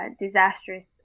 disastrous